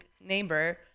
neighbor